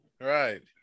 right